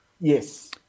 Yes